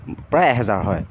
প্ৰায় এহেজাৰ হয়